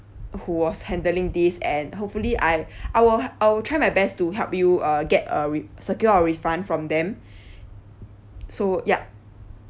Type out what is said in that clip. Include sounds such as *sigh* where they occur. who was handling this and hopefully I *breath* I'll I'll try my best to help you uh get a re~ secure a refund from them so yup